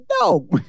no